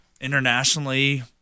internationally